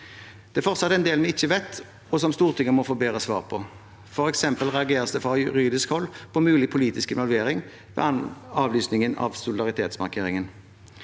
Det er fortsatt en del vi ikke vet, og som Stortinget må få bedre svar på. For eksempel reageres det fra juridisk hold på mulig politisk involvering ved avlysningen av solidaritetsmarkeringen.